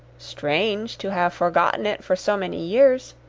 strange to have forgotten it for so many years!